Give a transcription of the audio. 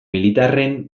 militarren